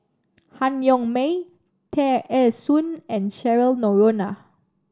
Han Yong May Tear Ee Soon and Cheryl Noronha